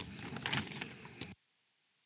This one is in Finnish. Kiitos,